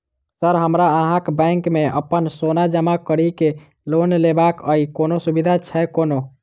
Sir हमरा अहाँक bank मे अप्पन सोना जमा करि केँ लोन लेबाक अई कोनो सुविधा छैय कोनो?